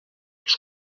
als